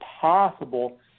possible